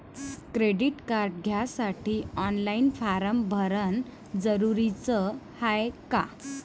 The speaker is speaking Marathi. क्रेडिट कार्ड घ्यासाठी ऑनलाईन फारम भरन जरुरीच हाय का?